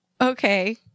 okay